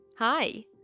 Hi